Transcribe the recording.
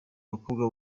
bakobwa